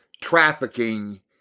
trafficking